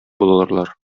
булырлар